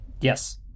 Yes